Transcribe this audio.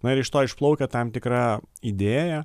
na ir iš to išplaukia tam tikra idėja